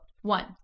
One